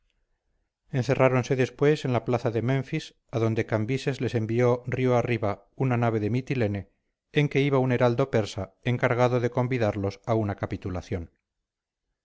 alguno encerráronse después en la plaza de menfis adonde cambises les envió río arriba una nave de mitilene en que iba un heraldo persa encargado de convidarlos a una capitulación